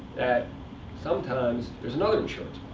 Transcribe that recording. that sometimes, there's another insurance